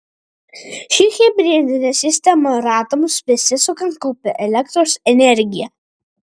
ši hibridinė sistema ratams besisukant kaupia elektros energiją